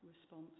response